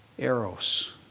Eros